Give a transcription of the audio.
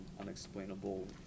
unexplainable